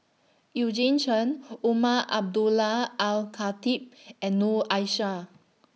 Eugene Chen Umar Abdullah Al Khatib and Noor Aishah